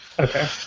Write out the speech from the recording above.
Okay